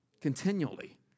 continually